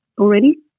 already